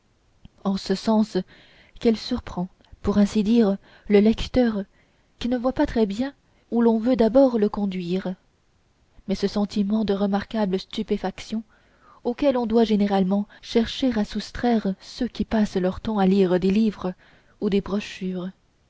en ce sens qu'elle surprend pour ainsi dire le lecteur qui ne voit pas très bien où l'on veut d'abord le conduire mais ce sentiment de remarquable stupéfaction auquel on doit généralement chercher à soustraire ceux qui passent leur temps à lire des livres ou des brochures